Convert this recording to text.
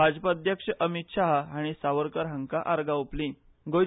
भाजपा अध्यक्ष अमीत शाह हांणी सावरकर हांकां आर्गां ओंपलीं